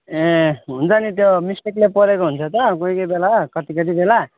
ए हुन्छ नि त्यो मिस्टेकले परेको हुन्छ त कोही कोही बेला कति कति बेला